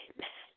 Amen